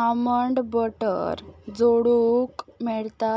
almond butter जोडूंक मेळटा